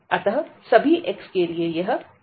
अतः सभी x के लिए यह सत्य है